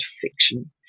fiction